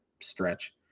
stretch